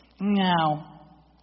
Now